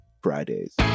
fridays